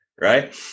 right